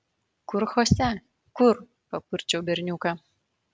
kur chose kur papurčiau berniuką